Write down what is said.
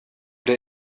der